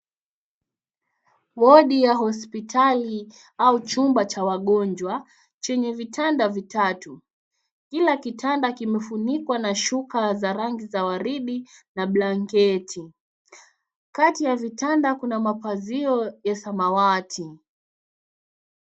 Wodi ya hospitali au chumba cha wagonjwa chenye vitanda vitatu. Kila kitanda kimefunikwa na shuka za rangi za waridi na blanketi kati ya vitanda kuna mapazio ya samawati.